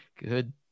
Good